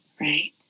Right